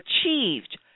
achieved